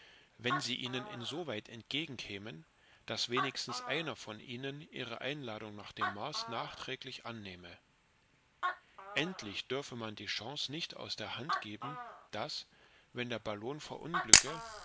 wenn sie ihnen insoweit entgegenkämen daß wenigstens einer von ihnen ihre einladung nach dem mars nachträglich annähme endlich dürfe man die chance nicht aus der hand geben daß wenn der ballon verunglücke